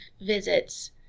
visits